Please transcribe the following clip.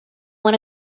one